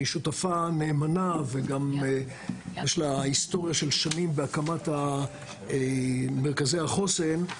שהיא שותפה נאמנה וגם יש לה היסטוריה של שנים בהקמת מרכזי החוסן.